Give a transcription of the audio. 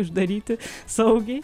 uždaryti saugiai